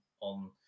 on